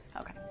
Okay